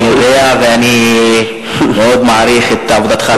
אני יודע ואני מאוד מעריך את עבודתך,